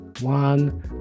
One